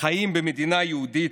חיים במדינה יהודית.